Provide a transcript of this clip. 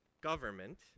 government